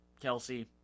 Kelsey